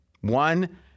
one